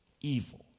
evil